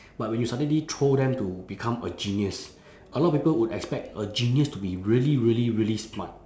but when you suddenly throw them to become a genius a lot of people would expect a genius to be really really really smart